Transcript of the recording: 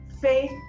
faith